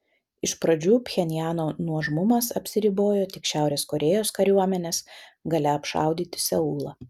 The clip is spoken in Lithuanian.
iš pradžių pchenjano nuožmumas apsiribojo tik šiaurės korėjos kariuomenės galia apšaudyti seulą